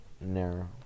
narrow